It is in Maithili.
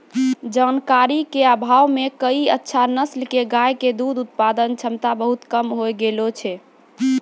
जानकारी के अभाव मॅ कई अच्छा नस्ल के गाय के दूध उत्पादन क्षमता बहुत कम होय गेलो छै